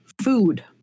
food